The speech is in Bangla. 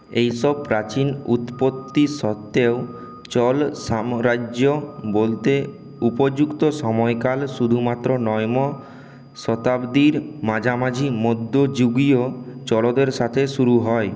এইসব প্রাচীন উৎপত্তি সত্ত্বেও চোল সাম্রাজ্য বলতে উপযুক্ত সময়কাল শুধুমাত্র নয় মো শতাব্দীর মাঝামাঝি মধ্যযুগীয় চোলদের সাথে শুরু হয়